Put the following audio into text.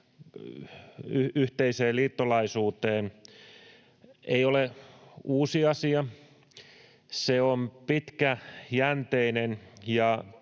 yhteiseen liittolaisuuteen, ei ole uusi asia. Se on pitkäjänteinen ja